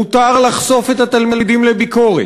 מותר לחשוף את התלמידים לביקורת,